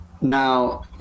Now